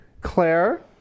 Claire